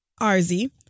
Arzy